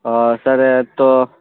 ہاں سر تو